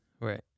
right